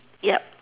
yup